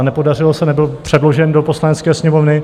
Nepodařilo se, nebyl předložen do Poslanecké sněmovny.